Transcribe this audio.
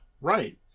right